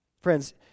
Friends